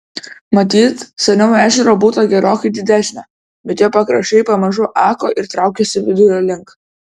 matyt seniau ežero būta gerokai didesnio bet jo pakraščiai pamažu ako ir traukėsi vidurio link